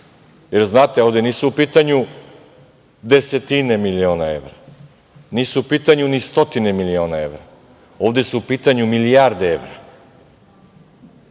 Jer, znate, ovde nisu u pitanju desetine miliona evra, nisu u pitanju ni stotine miliona evra, ovde su u pitanju milijarde evra.